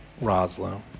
Roslo